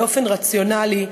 באופן רציונלי,